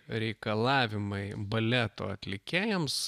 reikalavimai baleto atlikėjams